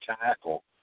tackle